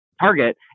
target